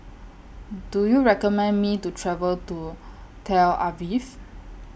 Do YOU recommend Me to travel to Tel Aviv